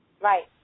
Right